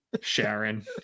sharon